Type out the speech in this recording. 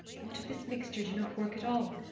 what if this mixture do not work at all?